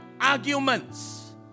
arguments